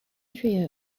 trio